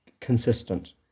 consistent